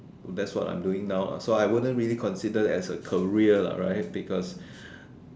that's what I'm doing now lah so I wouldn't really consider as a career lah right because